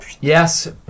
Yes